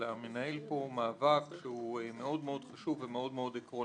אלא מנהל פה מאבק שהוא מאוד חשוב ומאוד עקרוני.